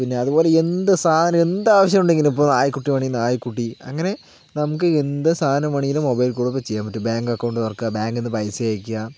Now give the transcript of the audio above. പിന്നെ അതുപോലെ എന്ത് സാധനം എന്ത് ആവശ്യമുണ്ടെങ്കിലും ഇപ്പോൾ നായക്കുട്ടി വേണമെങ്കിൽ നായക്കുട്ടി അങ്ങനെ നമുക്ക് എന്ത് സാധനം വേണമെങ്കിലും മൊബൈലിൽ കൂടിയൊക്കെ ചെയ്യാൻ പറ്റും ബാങ്ക് അക്കൌണ്ട് തുറക്കുക ബാങ്കിൽ നിന്ന് പൈസ അയക്കുക